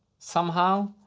somehow.